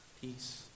peace